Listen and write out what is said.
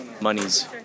monies